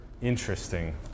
interesting